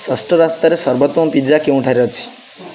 ଷଷ୍ଠ ରାସ୍ତାରେ ସର୍ବୋତ୍ତମ ପିଜ୍ଜା କେଉଁଠାରେ ଅଛି